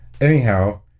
anyhow